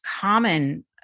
common